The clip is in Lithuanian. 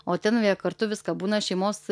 o ten jie kartu viską būna šeimos